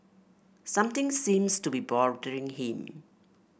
something seems to be bothering him